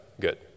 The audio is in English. Good